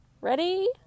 ready